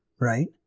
right